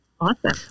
awesome